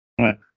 right